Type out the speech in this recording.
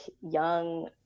young